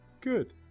Good